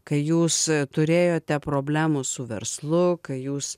kai jūs turėjote problemų su verslu kai jūs